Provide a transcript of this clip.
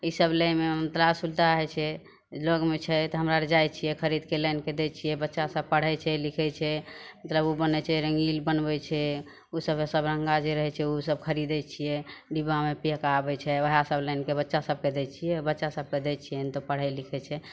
ईसब लैमे बड़ा सुविधा होइ छै लगमे छै तऽ हमरा आओर जाइ छिए खरिदके आनिके दै छिए बच्चासभ पढ़ै छै लिखै छै मतलब ओ बनै छै रङ्गील बनबै छै ओसब सबरङ्गा जे रहै छै ओसब खरिदै छिए डिब्बामे पैक आबै छै वएहसब आनिके बच्चा सभकेँ दै छिए बच्चा सभकेँ दै छिए तऽ पढ़ै लिखै छै